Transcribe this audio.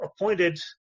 appointed